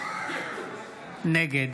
נגד